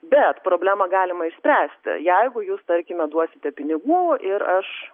bet problemą galima išspręsti jeigu jūs tarkime duosite pinigų ir aš